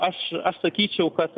aš aš sakyčiau kad